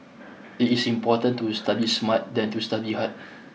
it is important to study smart than to study hard